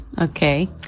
okay